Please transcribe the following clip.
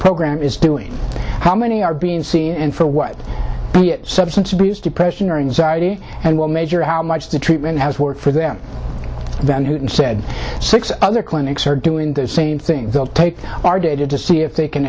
program is doing how many are being seen and for what substance abuse depression or anxiety and we'll measure how much the treatment has worked for them and said six other clinics are doing the same thing they'll take our data to see if they can